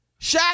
Shaq